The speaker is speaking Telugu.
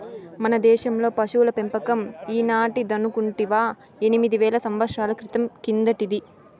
మన దేశంలో పశుల పెంపకం ఈనాటిదనుకుంటివా ఎనిమిది వేల సంవత్సరాల క్రితం కిందటిది